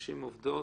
נשים עובדות.